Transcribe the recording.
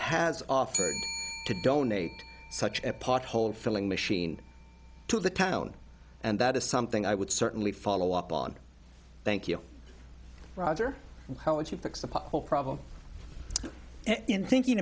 has offered to donate such a pothole filling machine to the town and that is something i would certainly follow up on thank you roger how would you